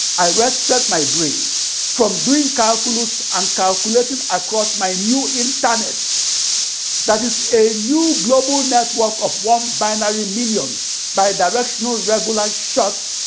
i rested my brain from doing calculus and calculating across my new internet that is a new global network of one binary million bi-directional, regular, short,